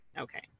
okay